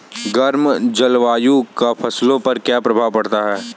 गर्म जलवायु का फसलों पर क्या प्रभाव पड़ता है?